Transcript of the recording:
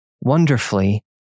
wonderfully